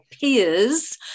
peers